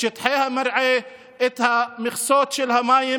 את שטחי המרעה,